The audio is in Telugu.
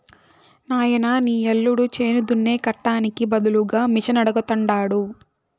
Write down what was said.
నాయనా నీ యల్లుడు చేను దున్నే కట్టానికి బదులుగా మిషనడగతండాడు